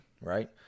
right